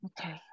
Okay